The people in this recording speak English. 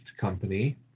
company